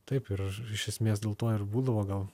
taip ir iš esmės dėl to ir būdavo gal